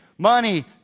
Money